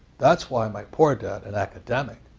that's why my poor dad, an academic,